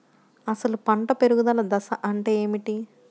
అసలు పంట పెరుగుదల దశ అంటే ఏమిటి?